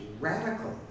radical